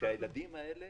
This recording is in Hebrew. שהילדים האלה